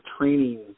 training